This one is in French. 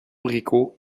rico